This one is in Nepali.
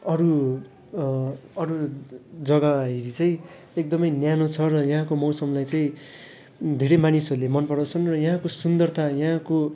अरू अरू जग्गा हेरी चाहिँ एकदमै न्यानो छ र यहाँको मौसमलाई चाहिँ धेरै मानिसहरूले मन पराउँछन् र यहाँको सुन्दरता यहाँको